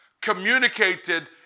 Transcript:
communicated